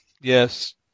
yes